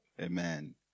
Amen